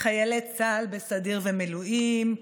חיילי צה"ל בסדיר ומילואים,